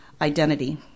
identity